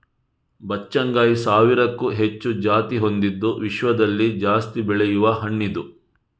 ಬಚ್ಚಗಾಂಯಿ ಸಾವಿರಕ್ಕೂ ಹೆಚ್ಚು ಜಾತಿ ಹೊಂದಿದ್ದು ವಿಶ್ವದಲ್ಲಿ ಜಾಸ್ತಿ ಬೆಳೆಯುವ ಹಣ್ಣಿದು